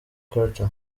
carter